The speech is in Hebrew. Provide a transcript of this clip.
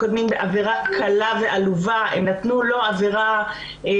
בתקווה שנפגעי העבירה יישברו ויסכימו להסדר טיעון.